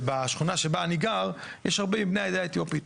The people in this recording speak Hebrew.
ובשכונה שבה אני גר יש הרבה מבני העדה האתיופית.